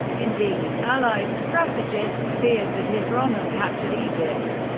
indeed, allied strategists feared that if rommel captured egypt,